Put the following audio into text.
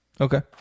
Okay